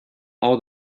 all